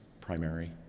primary